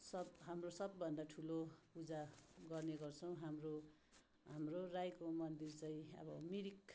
सब हाम्रो सबभन्दा ठुलो पूजा गर्ने गर्छौँ हाम्रो हाम्रो राईको मन्दिर चाहिँ अब मिरिक